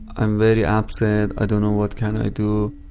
am very upset, i don't know what can i do.